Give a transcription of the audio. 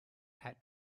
hat